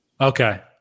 Okay